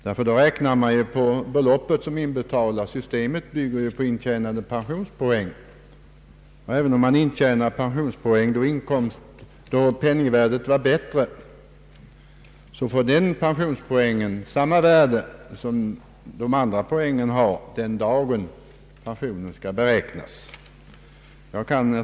Då måste man räkna med de belopp som inbetalts, men systemet bygger på intjänade pensionspoäng. Även om man intjänat pensionspoäng då penningvärdet var bättre får den pensionspoängen samma värde som de andra poängen den dag pensionen skall beräknas. Herr talman!